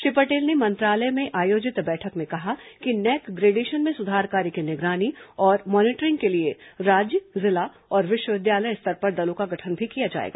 श्री पटेल ने मंत्रालय में आयोजित बैठक में कहा कि नैक ग्रेडेशन में सुधार कार्य की निगरानी और मॉनिटरिंग के लिए राज्य जिला और विश्वविद्यालय स्तर पर दलों का गठन भी किया जाएगा